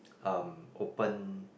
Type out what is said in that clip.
um open